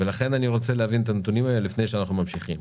אני רוצה להבין את הנתונים האלה לפני שאנחנו ממשיכים.